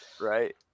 Right